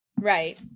right